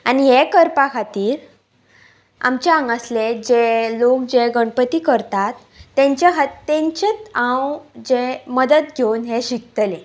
आनी हें करपा खातीर आमचे हांगासले जे लोक जे गणपती करतात तेंच्या हातीन तेंचेत हांव जे मदत घेवन हें शिकतलें